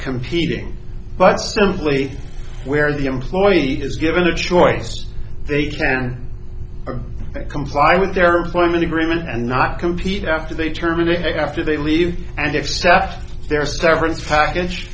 competing but simply where the employee is given a choice they can comply with their employment agreement and not compete after they terminate after they leave and accept their severance package